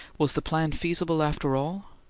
was the plan feasible, after all?